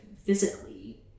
physically